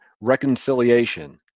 reconciliation